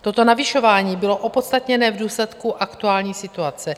Toto navyšování bylo opodstatněné v důsledku aktuální situace.